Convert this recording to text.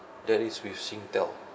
that is with singtel